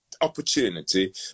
opportunity